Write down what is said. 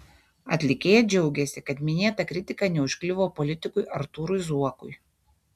atlikėja džiaugiasi kad minėta kritika neužkliuvo politikui artūrui zuokui